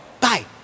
Bye